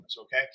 Okay